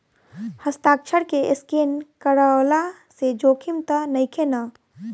हस्ताक्षर के स्केन करवला से जोखिम त नइखे न?